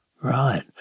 Right